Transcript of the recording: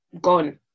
gone